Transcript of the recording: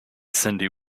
cyndi